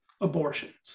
abortions